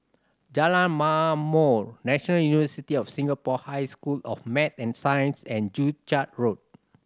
Jalan Ma'mor National University of Singapore High School of Math and Science and Joo Chiat Road